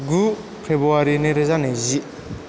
गु फेब्रुवारि नै रोजा नैजि